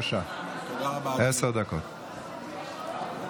כתוצאה של שרפת פלסטיק בשטח המועצה האזורית מגילות ים המלח,